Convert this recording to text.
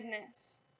goodness